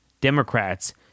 Democrats